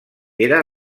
era